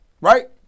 Right